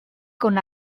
con